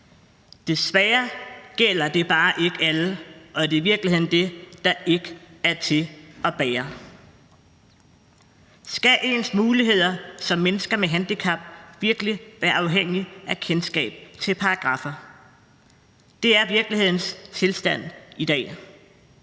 Desværre gælder det bare ikke alle, og det er i virkeligheden det, der ikke er til at bære! Skal ens muligheder som menneske med handicap virkelig være afhængig af kendskab til paragraffer? Det er virkelighedens tilstand i dag.